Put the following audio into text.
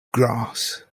grass